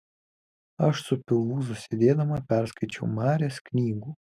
aš su pilvūzu sėdėdama perskaičiau marias knygų